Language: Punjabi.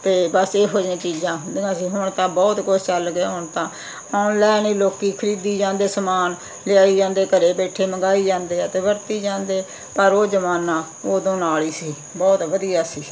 ਅਤੇ ਬਸ ਇਹੋ ਜਿਹੀਆਂ ਚੀਜ਼ਾਂ ਹੁੰਦੀਆਂ ਸੀ ਹੁਣ ਤਾਂ ਬਹੁਤ ਕੁਝ ਚੱਲ ਗਿਆ ਹੁਣ ਤਾਂ ਆਨਲਾਈਨ ਹੀ ਲੋਕ ਖਰੀਦੀ ਜਾਂਦੇ ਸਮਾਨ ਲਿਆਈ ਜਾਂਦੇ ਘਰ ਬੈਠੇ ਮੰਗਵਾਈ ਜਾਂਦੇ ਆ ਅਤੇ ਵਰਤੀ ਜਾਂਦੇ ਆ ਪਰ ਉਹ ਜਮਾਨਾ ਉਦੋਂ ਨਾਲ ਹੀ ਸੀ ਬਹੁਤ ਵਧੀਆ ਸੀ